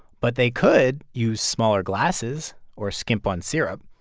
but they could use smaller glasses or skimp on syrup.